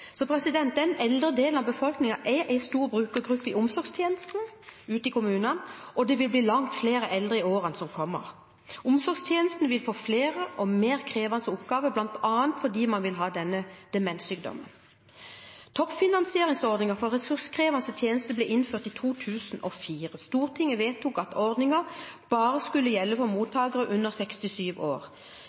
Den eldre delen av befolkningen er en stor brukergruppe i omsorgstjenesten ute i kommunene, og det vil bli langt flere eldre i årene som kommer. Omsorgstjenesten vil få flere og mer krevende oppgaver, bl.a. fordi mange vil ha demenssykdom. Toppfinansieringsordningen for ressurskrevende tjenester ble innført i 2004. Stortinget vedtok at ordningen bare skulle gjelde mottakere under 67 år.